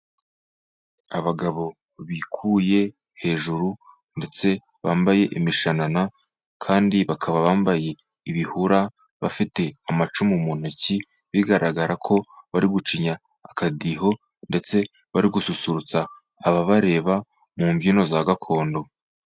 Abagabo bikuye hejuru, ndetse bambaye imishanana kandi bakaba bambaye ibihura. Bafite amacumu mu ntoki bigaragara ko bari gucinya akadiho, ndetse bari gususurutsa ababareba mu mbyino za gakondo.